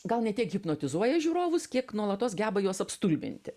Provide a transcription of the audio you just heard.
gal ne tiek hipnotizuoja žiūrovus kiek nuolatos geba juos apstulbinti